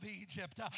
Egypt